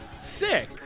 sick